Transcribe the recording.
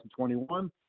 2021